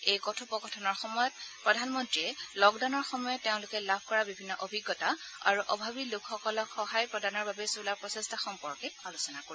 এই কথোপ কথনৰ সময়ত প্ৰধানমন্ত্ৰীয়ে লকডাউনৰ সময়ত তেওঁলোকে লাভ কৰা বিভিন্ন অভিজ্ঞতা আৰু অভাৱী লোকসকলক সহায় প্ৰদানৰ বাবে চলোৱা প্ৰচেষ্টা সম্পৰ্কে আলোচনা কৰিব